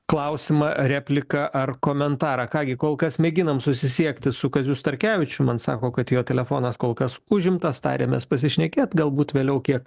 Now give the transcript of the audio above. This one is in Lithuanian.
klausimą repliką ar komentarą ką gi kol kas mėginam susisiekti su kaziu starkevičium man sako kad jo telefonas kol kas užimtas tarėmės pasišnekėt galbūt vėliau kiek